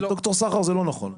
ד"ר סחר, זה לא נכון.